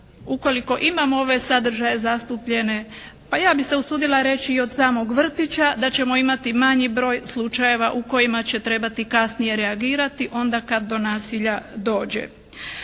ukoliko imamo ove sadržaje zastupljene pa ja bih se usudila reći i od samog vrtića da ćemo imati manji broj slučajeva u kojima će trebati kasnije reagirati onda kad do nasilja dođe.